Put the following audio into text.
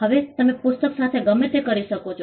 હવે તમે પુસ્તક સાથે ગમે તે કરી શકો છો